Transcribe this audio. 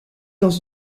dans